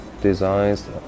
designs